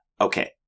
Okay